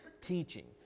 teaching